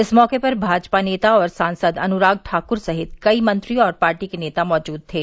इस मौके पर भाजपा नेता और सांसद अनुराग ठाकुर सहित कई मंत्री और पार्टी के नेता मौजूद थे